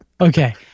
Okay